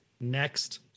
next